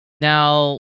Now